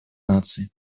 наций